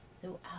throughout